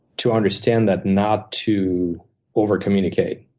to understand that not to over-communicate.